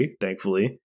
thankfully